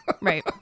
Right